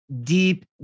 deep